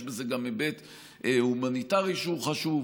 יש בזה גם היבט הומניטרי שהוא חשוב,